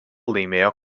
laimėjo